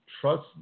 Trust